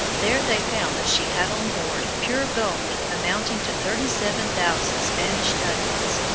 there they found that she had on board pure gold amounting to thirty-seven thousand spanish ducats,